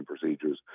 procedures